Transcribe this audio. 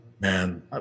man